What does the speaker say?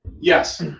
Yes